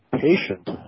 patient